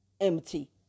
empty